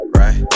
right